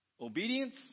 obedience